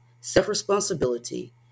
self-responsibility